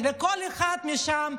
לכל אחד שם,